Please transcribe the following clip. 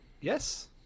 Yes